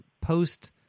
post